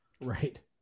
right